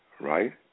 right